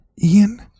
Ian